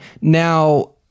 now